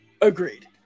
Agreed